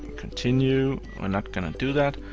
continue. we're not gonna do that,